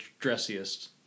dressiest